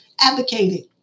advocating